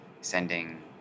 sending